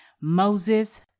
Moses